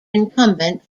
incumbent